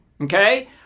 Okay